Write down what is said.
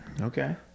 Okay